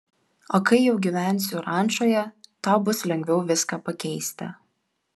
o kai jau gyvensiu rančoje tau bus lengviau viską pakeisti